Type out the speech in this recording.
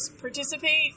participate